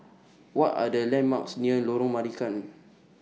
What Are The landmarks near Lorong Marican